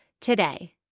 today